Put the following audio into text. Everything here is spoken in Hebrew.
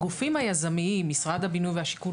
הגופים היזמיים משרד הבינוי והשיכון,